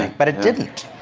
but it didn't.